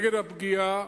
הפגיעה,